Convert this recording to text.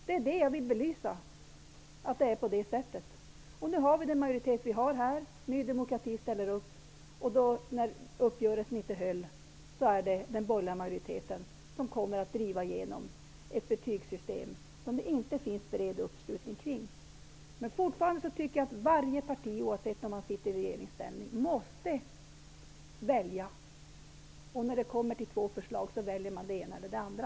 Det ville jag belysa. Nu har vi den majoritet som vi har: Ny demokrati ställer upp. När uppgörelsen inte höll, kommer den borgerliga majoriteten att driva igenom sitt förslag om ett betygssystem som det inte finns en bred uppslutning kring. Fortfarande tycker jag att varje parti, oavsett om man är i regeringsställning eller inte, måste välja. När det är två förslag väljer man det ena eller det andra.